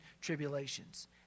tribulations